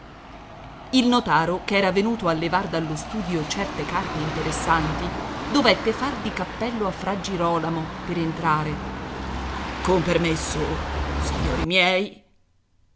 il notaro ch'era venuto a levar dallo studio certe carte interessanti dovette far di cappello a fra girolamo per entrare con permesso signori miei